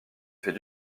fait